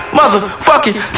motherfucking